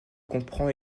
comprend